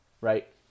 right